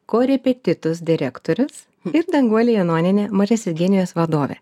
korepetitus direktorius ir danguolė janonienė mažasis genijus vadovė